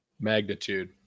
Magnitude